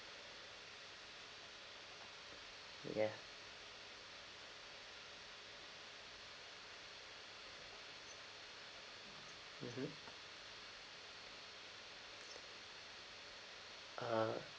ya mmhmm uh